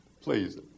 Please